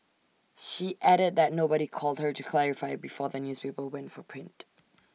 she added that nobody called her to clarify before the newspaper went for print